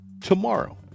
tomorrow